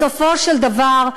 בסופו של דבר,